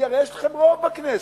כי הרי יש לכם רוב בכנסת.